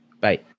Bye